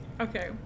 Okay